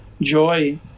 joy